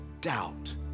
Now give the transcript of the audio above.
doubt